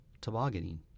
tobogganing